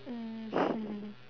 mm